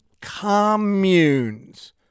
communes